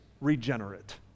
regenerate